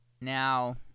Now